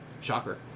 shocker